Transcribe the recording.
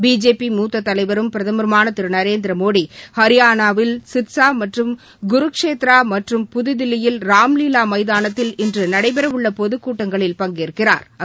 BJP மூத்ததலைவரும் பிரதமருமானதிருநரேந்திரமோடி ஹரியானாவில் சிர்சாமற்றும் குருக்ஷேத்ரா மற்றும் புதுதில்லியில் ராம்லீவாமைதானத்தில் இன்றுநடைபெறஉள்ளபொதுகூட்டங்களில் பங்கேற்கிறாா்